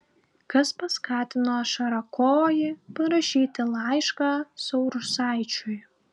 kas paskatino šarakojį parašyti laišką saurusaičiui